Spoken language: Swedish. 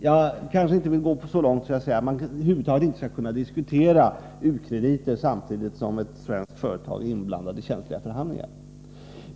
Jag skall kanske inte gå så långt att jag säger att man över huvud taget inte skall kunna diskutera u-krediter samtidigt som ett svenskt företag är inblandat i känsliga förhandlingar.